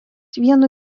vienu